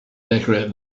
decorate